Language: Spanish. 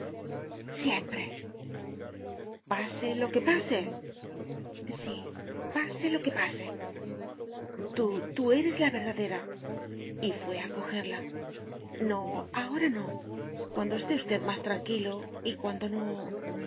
siempre pase lo que pase sí pase lo que pase tú tú eres la verdadera y fué a cojerla no ahora no cuando esté usted más tranquilo y cuando no